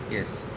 yes.